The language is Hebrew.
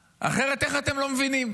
אחרת, איך אתם לא מבינים